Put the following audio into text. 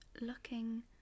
looking